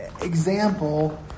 example